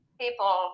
people